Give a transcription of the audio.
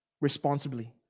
responsibly